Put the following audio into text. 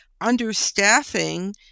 understaffing